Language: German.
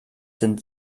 sind